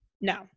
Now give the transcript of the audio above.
No